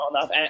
enough